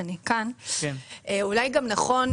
קודם כל,